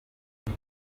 iyo